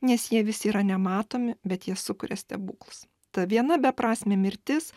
nes jie visi yra nematomi bet jie sukuria stebuklus ta viena beprasmė mirtis